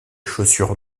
chaussures